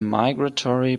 migratory